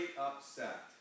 upset